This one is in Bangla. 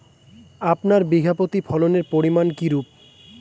আপনার বিঘা প্রতি ফলনের পরিমান কীরূপ?